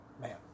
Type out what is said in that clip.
man